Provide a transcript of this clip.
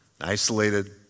isolated